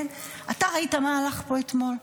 אתה ראית מה הלך פה אתמול?